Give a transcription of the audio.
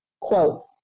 quote